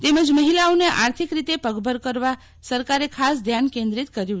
તેમજ મહિલાઓને આર્થિક રીતે પગભર કરવા સરકારે ખાસ ધ્યાન કેન્દ્રિત કર્યું છે